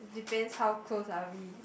depends how close are we